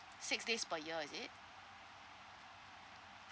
six days per year is it